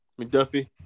McDuffie